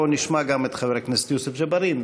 בוא נשמע גם את חבר הכנסת יוסף ג'בארין,